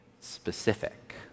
specific